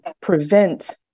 prevent